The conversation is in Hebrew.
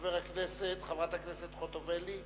חברת הכנסת חוטובלי,